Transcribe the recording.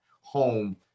home